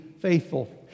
faithful